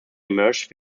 emerged